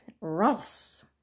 Ross